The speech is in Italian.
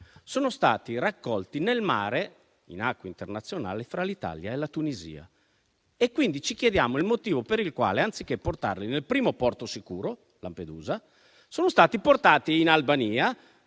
sono stati raccolti nel mare, in acque internazionali, fra l'Italia e la Tunisia. Ci chiediamo quindi il motivo per il quale, anziché portarli nel primo porto sicuro, Lampedusa, siano stati portati in Albania,